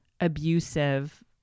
abusive